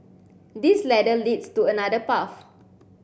this ladder leads to another path